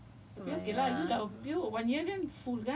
know like kak shima stay in the hall everything